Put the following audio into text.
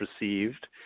received